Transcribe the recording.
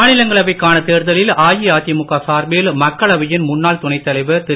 மாநிலங்களவைக்கான தேர்தலில் அஇஅதிமுக சார்பில் மக்களவையின் முன்னாள் துணைத் தலைவர் திரு